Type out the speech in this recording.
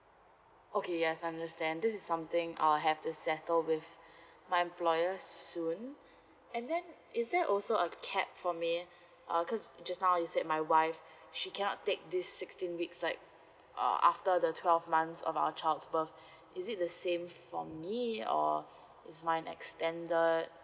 okay yes understand this is something I will have to settle with my employer soon and then is there also a cap for me uh cause just now you said my wife she cannot take this sixteen weeks like uh after the twelve months of our child's birthday is it the same for me or it's mine extended